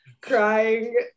crying